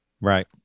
Right